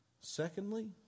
Secondly